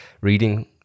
reading